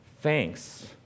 thanks